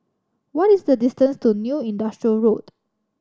what is the distance to New Industrial Road